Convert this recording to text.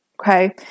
Okay